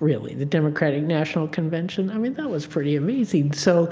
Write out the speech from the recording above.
really, the democratic national convention. i mean, that was pretty amazing. so